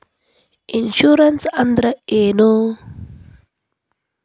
Insurance ಅಂದ್ರ ಏನು?